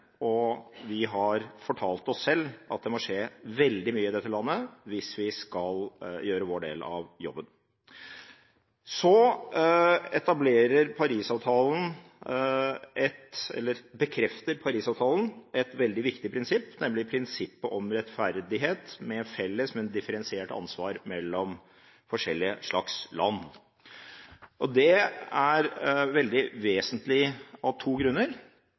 og vi har fortalt oss selv at det må skje veldig mye i dette landet hvis vi skal gjøre vår del av jobben. Så bekrefter Paris-avtalen et veldig viktig prinsipp, nemlig prinsippet om rettferdighet og et felles, men differensiert ansvar mellom forskjellige land. Det er veldig vesentlig av to grunner.